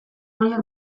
horiek